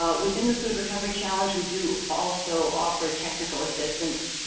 ah within the food recovery challenge, we do also offer technical assistance.